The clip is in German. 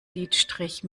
lidstrich